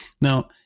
Now